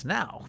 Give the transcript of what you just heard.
now